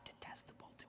detestable